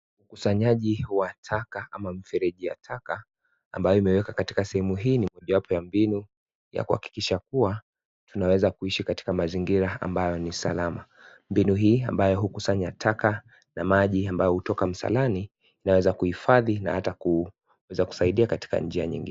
Usanyaji wa taka ama fereji ya taka ambayo imewekwa katika sehemu hii ni mojawapo ya mbinu ya kuhakikisha kuwa tunaweza kuishi katika mazingira ambayo ni salama. Mbinu hii ambayo hukusanya taka na maji ambayo hutoka msalani inaweza kuhifadhi na hata kuweza kusaidia katika njia nyingine.